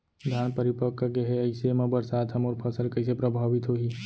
धान परिपक्व गेहे ऐसे म बरसात ह मोर फसल कइसे प्रभावित होही?